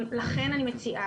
לכן אני מציעה,